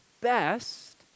best